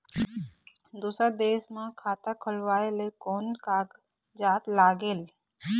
दूसर देश मा खाता खोलवाए ले कोन कागजात लागेल?